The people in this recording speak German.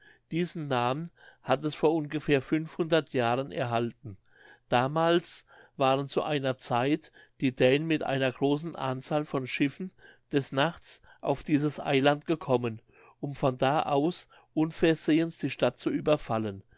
diesen namen hat es vor ungefähr jahren erhalten damals waren zu einer zeit die dänen mit einer großen anzahl von schiffen des nachts auf dieses eiland gekommen um von da aus unversehens die stadt zu überfallen